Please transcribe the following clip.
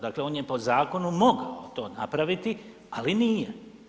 Dakle, on je po zakonu mogao to napraviti, ali nije.